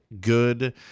good